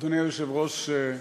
אדוני היושב-ראש,